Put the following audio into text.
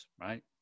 right